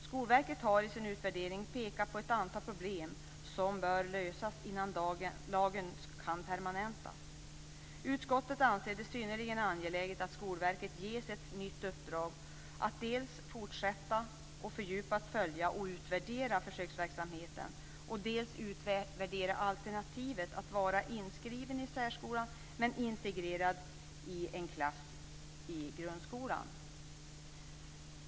Skolverket har i sin utvärdering pekat på ett antal problem som bör lösas innan lagen kan permanentas. Utskottet anser det synnerligen angeläget att Skolverket ges ett nytt uppdrag att dels fortsätta att fördjupat följa och utvärdera försöksverksamheten, dels utvärdera alternativet att vara inskriven i särskolan men integrerad i en klass i grundskolan.